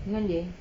dengan dia